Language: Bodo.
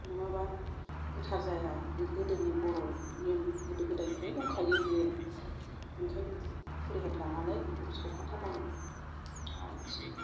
नङाबा गोथार जाया बे गोदोनि बर'नि नेम गोदो गोदायनिफ्रायनो दंखायो बेयो ओंखायनो फुरुहिथ लानानै सावखाथारनांगौ आवाथि